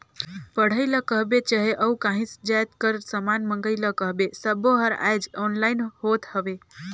पढ़ई ल कहबे चहे अउ काहीं जाएत कर समान मंगई ल कहबे सब्बों हर आएज ऑनलाईन होत हवें